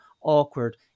awkward